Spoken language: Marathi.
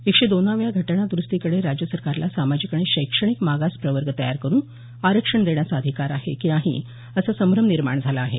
एकशे दोनाव्या घटना द्रुस्तीमुळे राज्य सरकारला सामाजिक आणि शैक्षणिक मागास प्रवर्ग तयार करून आरक्षण देण्याचा अधिकार आहे की नाही असा संभ्रम निर्माण झाला आहे